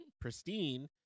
pristine